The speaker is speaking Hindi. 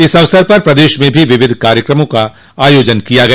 इस अवसर पर प्रदेश में भी विविध कार्यक्रमों का आयोजन किया गया